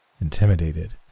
intimidated